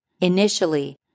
Initially